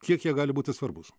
kiek jie gali būti svarbūs